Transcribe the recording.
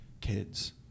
kids